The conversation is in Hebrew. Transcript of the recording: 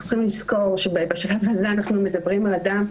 אנחנו צריכים לזכור שבשלב הזה אנחנו מדברים על אדם,